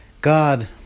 God